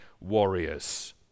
warriors